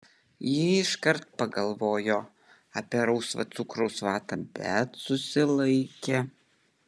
ji iškart pagalvojo apie rausvą cukraus vatą bet susilaikė